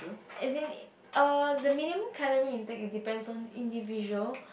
as in uh the minimum calorie intake it depends on individual